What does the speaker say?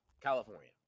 California